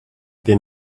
then